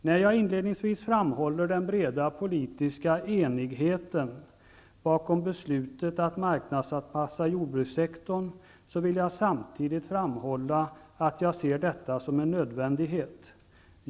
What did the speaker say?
När jag inledningsvis framhåller den breda politiska enigheten bakom beslutet att marknadsanpassa jordbrukssektorn, vill jag samtidigt framhålla att jag ser detta som en nödvändighet.